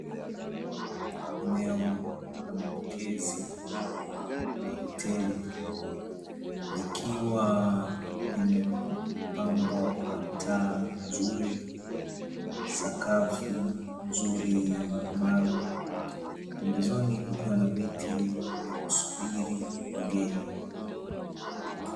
Eneo la mapokezi la hoteli, likiwa limepambwa kwa taa nzuri, sakafu nzuri ya marumaru, pembezoni kukiwa na viti vya kusubiri wageni.